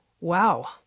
Wow